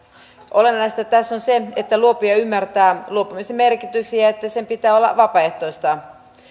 olennaista tässä on se että luopuja ymmärtää luopumisen merkityksen ja että sen pitää olla vapaaehtoista